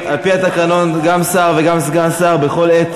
על-פי התקנון גם שר וגם סגן שר בכל עת